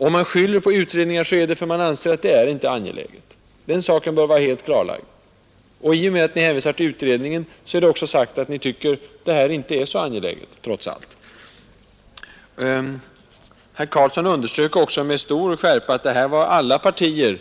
Om man skyller på pågående utredningar, så är det därför att man anser att önskemålet inte är angeläget. I och med att ni hänvisar till utredningen är det också sagt att ni trots allt inte tycker att det här är särskilt angeläget. Herr Karlsson i Huskvarna underströk också med stor skärpa att alla partier